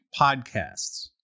podcasts